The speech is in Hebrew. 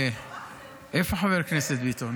איפה חבר הכנסת ביטון?